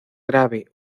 grave